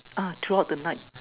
ah throughout the night